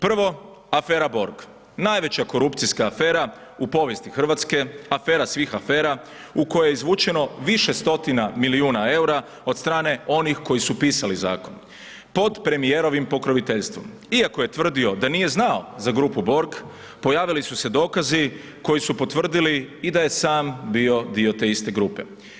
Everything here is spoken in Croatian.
Prvo, afera Borg, najveća korupcijska afera u povijesti Hrvatske, afera svih afera u kojoj je izvučeno više stotina milijuna eura od strane onih koji su pisali zakon pod premijerovim pokroviteljstvom, iako je tvrdio da nije znao za grupu Borg, pojavili su se dokazi koji su potvrdili i da je sam bio te iste grupe.